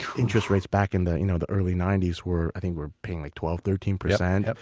interest rates back in the you know the early ninety s were, i think we're paying like twelve, thirteen percent.